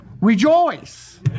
Rejoice